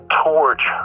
torch